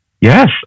Yes